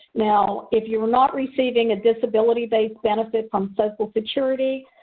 now, if you are not receiving a disability based benefit from social security,